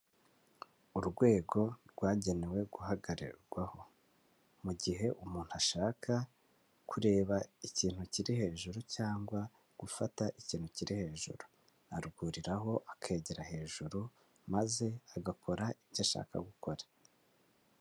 Urwego rwagenewe guhagararwaho mu gihe umuntu ashaka kureba ikintu kiri hejuru cyangwa gufata ikintu kiri hejuru, arwuhuriraho akegera hejuru maze agakora ibyo ashaka gukora.